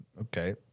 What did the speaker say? Okay